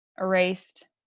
erased